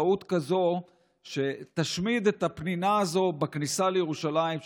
טעות כזאת שתשמיד את הפנינה הזו בכניסה לירושלים,